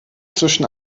zwischen